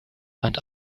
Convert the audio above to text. and